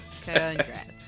Congrats